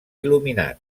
il·luminat